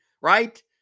right